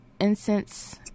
incense